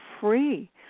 free